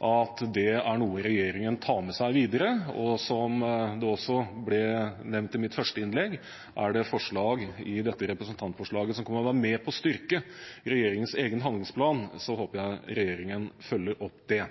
er noe regjeringen tar med seg videre. Og som jeg også nevnte i mitt første innlegg: Er det forslag i dette representantforslaget som kan være med på å styrke regjeringens egen handlingsplan, så håper jeg regjeringen følger opp det.